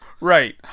Right